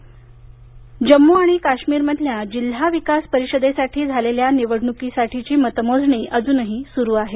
काश्मीर मतमोजणी जम्मू आणि काश्मीर मधल्या जिल्हा विकास परिषदेसाठी झालेल्या निवडणुकीसाठीची मतमोजणी अजूनही सुरू आहे